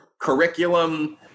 curriculum